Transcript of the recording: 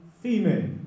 female